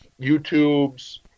YouTube's